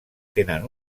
tenen